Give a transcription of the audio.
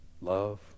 love